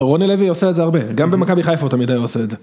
רוני לוי עושה את זה הרבה, גם במכבי חיפה הוא תמיד היה עושה את זה